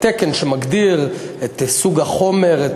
התקן שמגדיר את סוג החומר,